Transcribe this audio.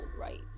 right